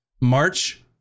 March